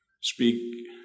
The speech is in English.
speak